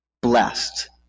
blessed